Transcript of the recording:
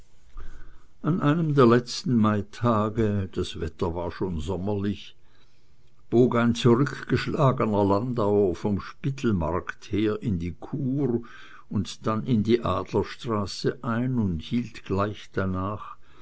an einem der letzten maitage das wetter war schon sommerlich bog ein zurückgeschlagener landauer vom spittelmarkt her in die kur und dann in die adlerstraße ein und hielt gleich danach